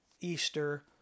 Easter